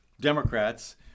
Democrats